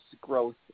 growth